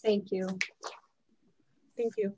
thank you thank you